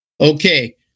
Okay